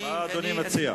מה אדוני מציע?